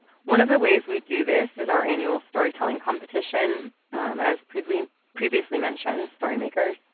one of the ways we do this is our annual storytelling competition as previously previously mentioned, storymakers.